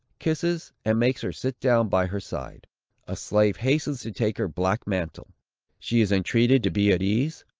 kisses, and makes her sit down by her side a slave hastens to take her black mantle she is entreated to be at ease,